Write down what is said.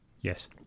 Yes